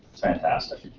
fantastic.